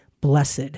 blessed